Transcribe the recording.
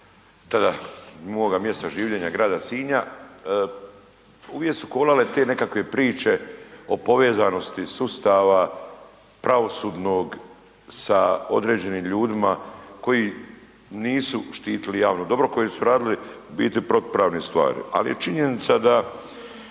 tada moga mjesta življenja grada Sinja, uvijek su kolale te nekakve priče o povezanosti sustava pravosudnog sa određenim ljudima koji nisu štitili javno dobro koji su radili u biti protupravne stvari, ali je činjenica da